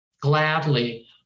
gladly